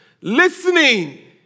listening